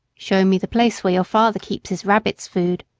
show me the place where your father keeps his rabbits' food.